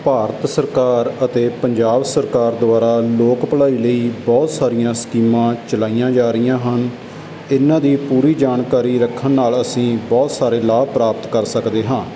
ਭਾਰਤ ਸਰਕਾਰ ਅਤੇ ਪੰਜਾਬ ਸਰਕਾਰ ਦੁਆਰਾ ਲੋਕ ਭਲਾਈ ਲਈ ਬਹੁਤ ਸਾਰੀਆਂ ਸਕੀਮਾਂ ਚਲਾਈਆਂ ਜਾ ਰਹੀਆਂ ਹਨ ਇਨ੍ਹਾਂ ਦੀ ਪੂਰੀ ਜਾਣਕਾਰੀ ਰੱਖਣ ਨਾਲ ਅਸੀਂ ਬਹੁਤ ਸਾਰੇ ਲਾਭ ਪ੍ਰਾਪਤ ਕਰ ਸਕਦੇ ਹਾਂ